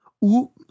Ou